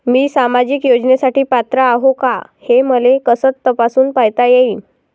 मी सामाजिक योजनेसाठी पात्र आहो का, हे मले कस तपासून पायता येईन?